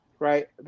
Right